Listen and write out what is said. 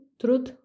Truth